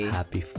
Happy